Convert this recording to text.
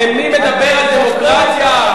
ומי מדבר על דמוקרטיה?